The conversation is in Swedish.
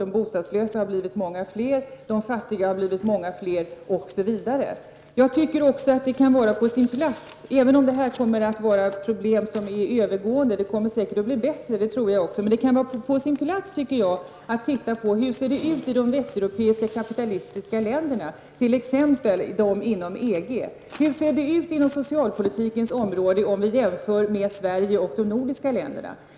De bostadslösa har blivit många fler liksom också de fattiga, osv. Även om problemen är övergående — det kommer säkert att bli bättre — kan det vara på sin plats att se på förhållandena i de västeuropeiska kapitalistiska länderna, t.ex. inom EG. Hur ser det ut på socialpolitikens område, om vi jämför med Sverige och de övriga nordiska länderna?